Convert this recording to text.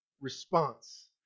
response